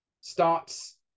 starts